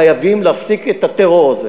חייבים להפסיק את הטרור הזה,